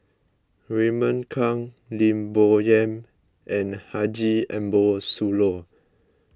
Raymond Kang Lim Bo Yam and Haji Ambo Sooloh